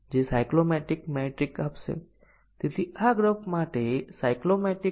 અને તેથી આ સાચું થશે અને આ ખોટું છે